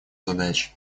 задач